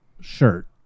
shirt